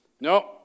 no